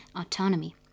autonomy